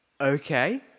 Okay